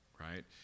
right